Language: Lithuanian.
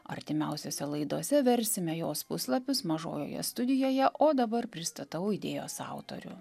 artimiausiose laidose versime jos puslapius mažojoje studijoje o dabar pristatau idėjos autorių